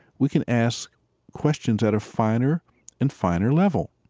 we can ask questions that are finer and finer level.